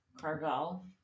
Carvel